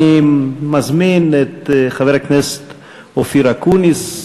אני מזמין את חבר הכנסת אופיר אקוניס,